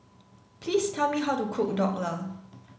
please tell me how to cook dhokla